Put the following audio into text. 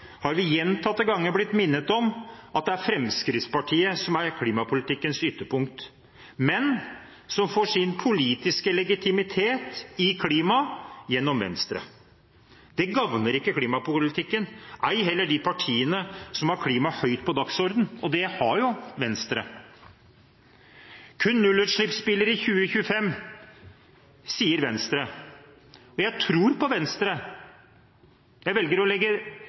har vi gjentatte ganger blitt minnet om at det er Fremskrittspartiet som er klimapolitikkens ytterpunkt, men som får sin politiske legitimitet med hensyn til klima gjennom Venstre. Det gagner ikke klimapolitikken, ei heller de partiene som har klima høyt på dagsordenen, og det har jo Venstre. Venstre sier at det skal være kun nullutslippsbiler i 2025. Jeg tror på Venstre. Jeg velger å legge